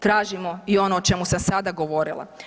Tražimo i ono o čemu sam sada govorila.